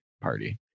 party